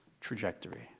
trajectory